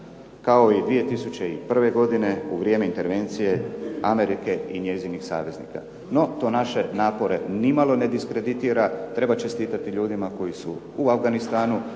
kao i 2001. godine u vrijeme intervencije Amerike i njezinih saveznika. No, to naše napore nimalo ne diskreditira. Treba čestitati ljudima koji su u Afganistanu